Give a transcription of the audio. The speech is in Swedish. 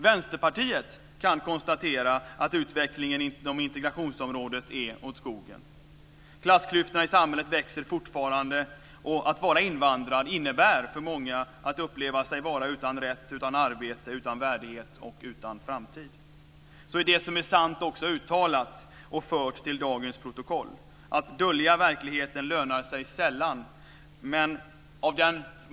Vänsterpartiet kan konstatera att utvecklingen inom integrationsområdet är åt skogen. Klassklyftorna i samhället växer fortfarande och att vara invandrad innebär för många att uppleva sig vara utan rätt, utan arbete, utan värdighet och utan framtid. Så är det som är sant också uttalat och fört till dagens protokoll. Att dölja verkligheten lönar sig sällan.